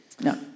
No